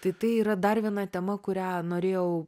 tai tai yra dar viena tema kurią norėjau